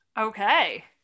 Okay